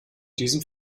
diesem